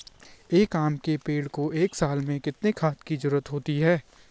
एक आम के पेड़ को एक साल में कितने खाद की जरूरत होती है?